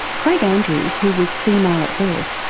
craig andrews, who was female at birth,